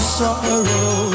sorrow